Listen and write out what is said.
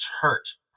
church